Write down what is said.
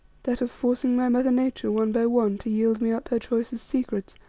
that of forcing my mother nature one by one to yield me up her choicest secrets